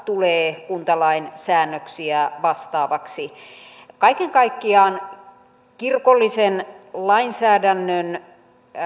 tulee kuntalain säännöksiä vastaavaksi kaiken kaikkiaan kirkollisen lainsäädännön